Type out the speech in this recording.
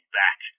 back